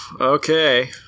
Okay